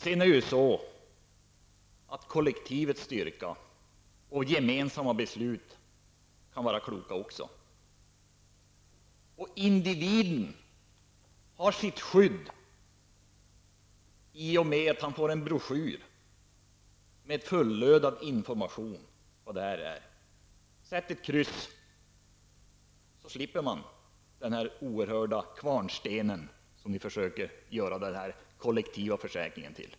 Det kan vara klokt med kollektivets styrka, och gemensamma beslut kan också vara kloka. Individen har sitt skydd i och med att han har fått en broschyr med fullödad information om vad det här handlar om. Om man sätter ett kryss slipper man den oerhörda kvarnsten som ni försöker göra den kollektiva försäkringen till.